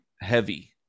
heavy